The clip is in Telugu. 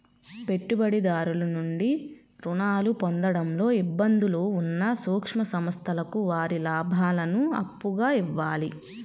పెట్టుబడిదారుల నుండి రుణాలు పొందడంలో ఇబ్బందులు ఉన్న సూక్ష్మ సంస్థలకు వారి లాభాలను అప్పుగా ఇవ్వాలి